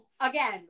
again